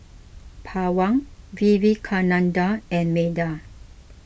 Pawan Vivekananda and Medha